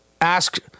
ask